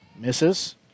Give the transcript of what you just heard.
misses